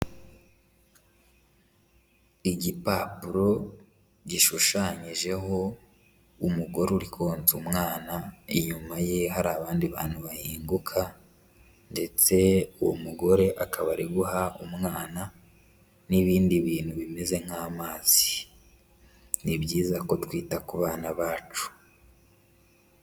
Igipapuro gishushanyijeho umugore uri konsa umwana, inyuma ye hari abandi bantu bahinguka ndetse uwo mugore akaba ari guha umwana n'ibindi bintu bimeze nk'amazi. Ni byiza ko twita ku bana bacu.